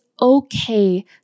okay